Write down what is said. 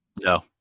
No